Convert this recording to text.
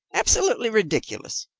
absolutely ridiculous.